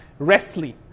Restly